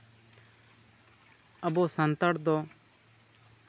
ᱟᱵᱚ ᱥᱟᱱᱛᱟᱲ ᱫᱚ